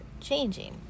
changing